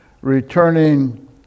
returning